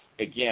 again